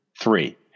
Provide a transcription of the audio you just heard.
Three